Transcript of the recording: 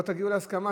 בואו תגיעו להסכמה,